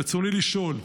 רצוני לשאול: